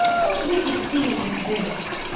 what wicked deem is this?